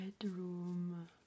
bedroom